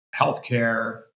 healthcare